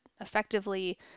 effectively